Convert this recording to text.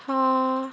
ହଁ